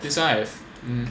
that's why I've